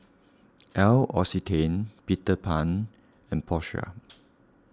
L'Occitane Peter Pan and Porsche